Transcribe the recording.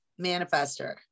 manifester